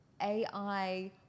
AI